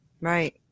Right